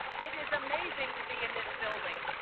it is amazing to be in this building.